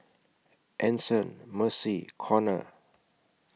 Anson Mercy and Conner